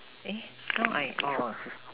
eh now I oh